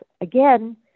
again